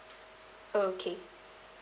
okay